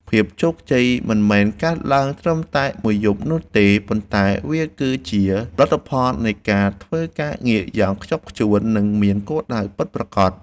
ភាពជោគជ័យមិនមែនកើតឡើងត្រឹមតែមួយយប់នោះទេប៉ុន្តែវាគឺជាលទ្ធផលនៃការធ្វើការងារយ៉ាងខ្ជាប់ខ្ជួន និងមានគោលដៅពិតប្រាកដ។